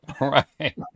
Right